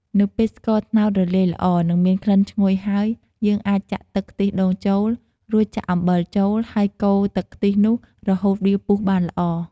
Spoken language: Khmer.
នៅពេលស្ករត្នោតរលាយល្អ និងមានក្លិនឈ្ងុយហើយ យើងអាចចាក់ទឹកខ្ទិះដូងចូល រួចចាក់អំបិលចូល ហើយកូរទឹកខ្ទិះនោះរហូតវាពុះបានល្អ។